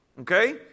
Okay